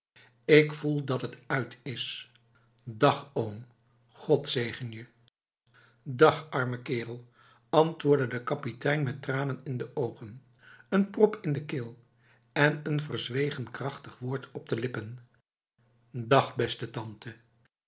ik voel dat het uit is dag oom god zegen jef dag arme kerel antwoordde de kapitein met tranen in de ogen een prop in de keel en een verzwegen krachtig woord op de lippen dag beste tante